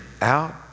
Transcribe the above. out